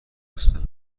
هستن